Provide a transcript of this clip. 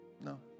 No